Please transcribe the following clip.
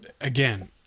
again